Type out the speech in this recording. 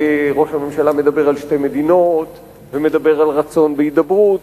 ראש הממשלה מדבר על שתי מדינות ומדבר על רצון בהידברות,